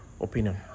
opinion